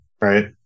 right